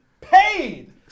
PAID